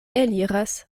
eliras